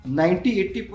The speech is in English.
90-80%